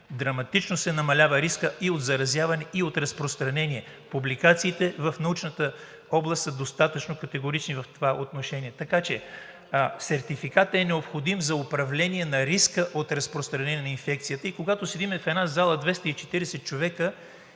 Драматично се намалява рискът и от заразяване, и от разпространение. Публикациите в научната област са достатъчно категорични в това отношение. Така че сертификатът е необходим за управление на риска от разпространение на инфекцията и когато седим в една зала 240 човека,